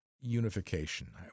unification